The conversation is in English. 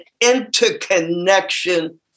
interconnection